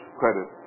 credit